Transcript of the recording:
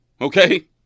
Okay